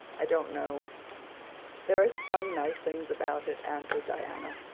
i don't know there are some nice things about it, answered diana,